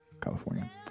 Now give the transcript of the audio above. California